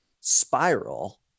spiral